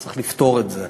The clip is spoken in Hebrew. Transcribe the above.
צריך לפתור את זה.